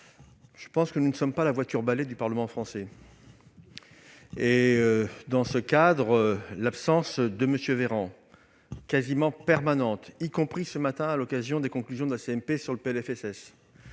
Je pense que nous ne sommes pas la voiture-balai du Parlement français. Dans ce cadre, l'absence de M. Véran, quasi permanente, y compris ce matin lors de la nouvelle lecture du PLFSS,